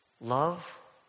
love